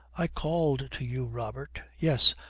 i called to you, robert yes,